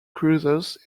cruisers